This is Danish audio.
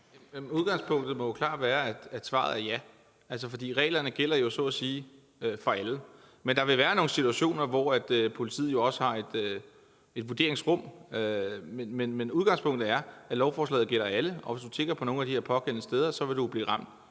Udgangspunktet må klart være, at svaret er ja, for reglerne gælder så at sige for alle. Men der vil være nogle situationer, hvor politiet også har et vurderingsrum. Men udgangspunktet er, at lovforslaget gælder alle. Hvis du tigger på nogle af de pågældende steder, vil du blive ramt